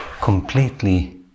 completely